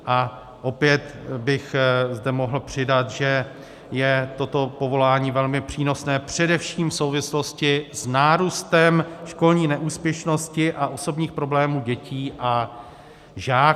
A opět bych zde mohl přidat, že je toto povolání velmi přínosné, především v souvislosti s nárůstem školní neúspěšnosti a osobních problémů dětí a žáků.